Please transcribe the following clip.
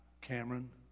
Cameron